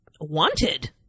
wanted